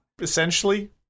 essentially